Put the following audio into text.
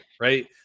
right